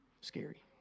Scary